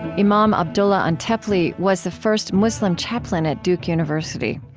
imam abdullah antepli was the first muslim chaplain at duke university.